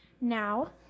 Now